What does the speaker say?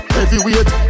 Heavyweight